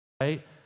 right